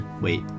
Wait